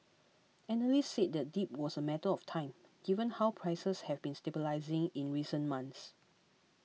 analysts said the dip was a matter of time given how prices have been stabilising in recent months